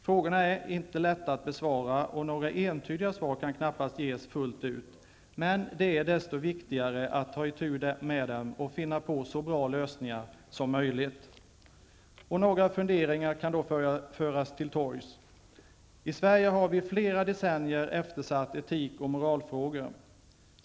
Frågorna är inte lätta att besvara, och några entydiga svar kan knappast ges fullt ut. Det är desto viktigare att ta itu med dem och finna så bra lösningar som möjligt. Några funderingar kan föras till torgs: I Sverige har vi i flera decennier eftersatt etik och moralfrågor.